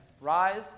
rise